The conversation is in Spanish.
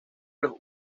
los